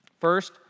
First